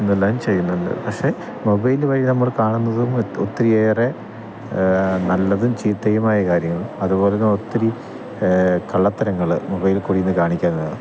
ഇതെല്ലാം ചെയ്യുന്നുണ്ട് പക്ഷെ മൊബൈൽ വഴി നമ്മള് കാണുന്നതും ഒത്തിരിയേറെ നല്ലതും ചീത്തയുമായ കാര്യങ്ങൾ അതുപോലെന്നെ ഒത്തിരി കള്ളത്തരങ്ങള് മൊബൈലിൽകൂടി ഇന്ന് കാണിക്കുന്നത്